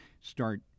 start